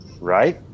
right